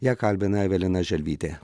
ją kalbina evelina želvytė